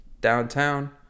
downtown